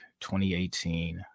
2018